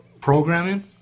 programming